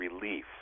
relief